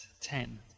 Ten